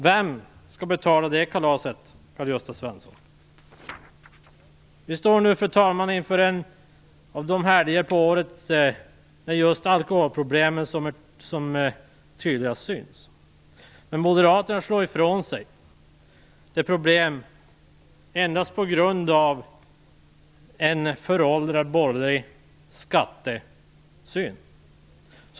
Vem skall betala det kalaset, Karl-Gösta Fru talman! Nu står vi inför en av de helger på året när just alkoholproblemen syns som tydligast. Men moderaterna slår ifrån sig problemet. Det sker endast på grund av en föråldrad borgerlig skattesyn.